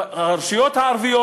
הרשויות הערביות,